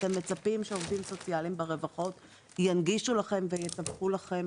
אתם מצפים שעובדים סוציאליים ברווחות ינגישו ויתווכו לכם